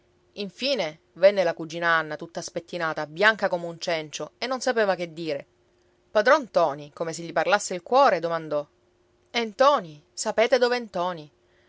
infine venne la cugina anna tutta spettinata bianca come un cencio e non sapeva che dire padron ntoni come se gli parlasse il cuore domandò e ntoni sapete dov'è ntoni